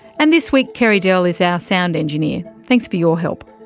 and this week carey dell is our sound engineer, thanks for your help.